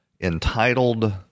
entitled